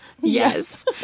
Yes